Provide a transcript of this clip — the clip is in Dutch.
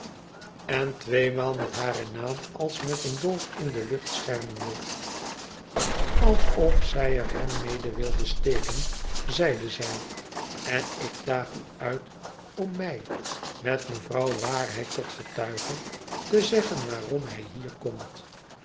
en tweemaal met hare naald als met een dolk in de lucht schermende alsof zij er hem mede wilde steken zeide zij en ik daag u uit om mij met mevrouw waarheid tot getuige te zeggen waarom hij hier komt